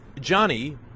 Johnny